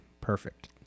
perfect